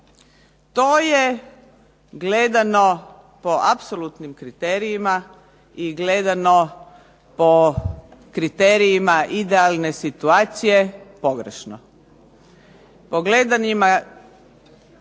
To je gledano po apsolutnim kriterijima i gledano po kriterijima idealne situacije pogrešno.